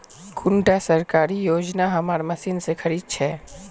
कुंडा सरकारी योजना हमार मशीन से खरीद छै?